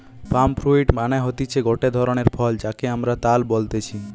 পাম fruit মানে হতিছে গটে ধরণের ফল যাকে আমরা তাল বলতেছি